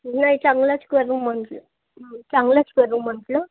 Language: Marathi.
नाही चांगलाच करू म्हटलं चांगलाच करू म्हटलं